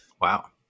Wow